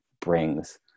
brings